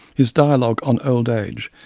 his dialogue on old age,